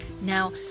Now